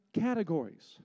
categories